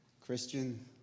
Christian